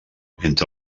entre